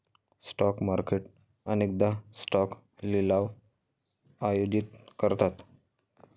stock market अनेकदा stock लिलाव आयोजित करतात